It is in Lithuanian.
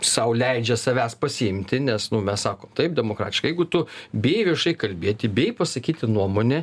sau leidžia savęs pasiimti nes nu mes sako taip demokratiška jeigu tu bijai viešai kalbėti bijai pasakyti nuomonę